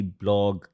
blog